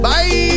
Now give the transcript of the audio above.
Bye